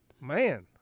Man